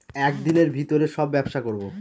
এক দিনের ভিতরে সব ব্যবসা করবো